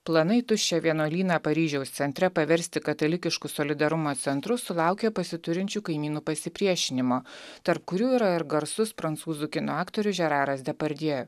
planai tuščią vienuolyną paryžiaus centre paversti katalikišku solidarumo centru sulaukė pasiturinčių kaimynų pasipriešinimo tarp kurių yra ir garsus prancūzų kino aktorius žeraras depardjė